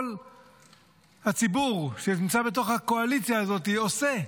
זה מה שכל הציבור שנמצא בתוך הקואליציה הזאת עושה.